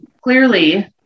clearly